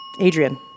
Adrian